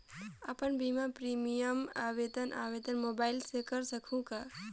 अपन बीमा प्रीमियम आवेदन आवेदन मोबाइल से कर सकहुं का?